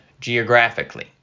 geographically